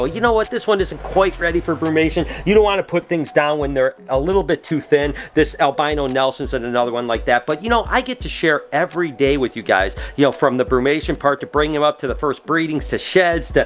ah you know what, this one isn't quite ready for brumation. you don't wanna put things down when they're a little bit too thin. this albino nelson's and another one like that. but you know, i get to share every day with you guys, you know from the brumation part, to bringing em up, to the first breedings, to sheds,